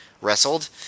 wrestled